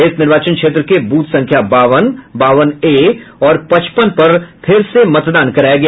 इस निर्वाचन क्षेत्र के बूथ संख्या बावन बावन ए और पचपन में फिर से मतदान कराया गया